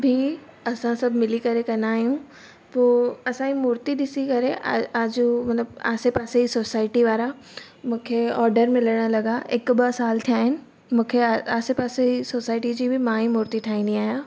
बि असां सभु मिली करे कंदा आहियूं पोइ असांजी मूर्ती ॾिसी करे आजू मतिलबु आसे पासे जी सोसाइटी वारा मूंखे ऑडर मिलण लॻा हिकु ॿ साल थिया आहिनि मूंखे आ आसे पासे जी सोसाइटी जी बि मां ई मूर्ती ठाहींदी आहियां